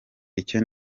icyo